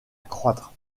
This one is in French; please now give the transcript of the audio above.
croître